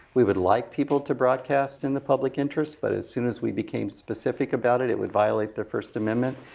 we would like people to broadcast in the public interest, but as soon as we became specific about it, it would violate their first amendment.